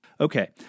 Okay